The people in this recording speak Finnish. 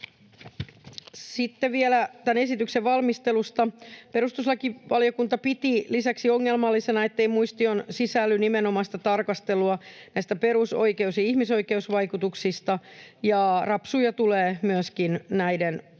Sitten vielä tämän esityksen valmistelusta. Perustuslakivaliokunta piti lisäksi ongelmallisena, ettei muistioon sisälly nimenomaista tarkastelua näistä perusoikeus- ja ihmisoikeusvaikutuksista, ja rapsuja tulee myöskin näiden lakien valmistelusta.